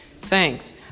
Thanks